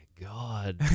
God